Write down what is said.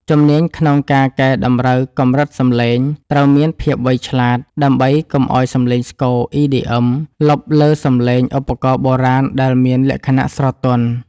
ជំនាញក្នុងការកែតម្រូវកម្រិតសំឡេង ត្រូវមានភាពវៃឆ្លាត ដើម្បីកុំឱ្យសំឡេងស្គរ EDM លុបលើសំឡេងឧបករណ៍បុរាណដែលមានលក្ខណៈស្រទន់។